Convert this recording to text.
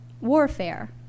warfare